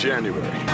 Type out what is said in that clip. January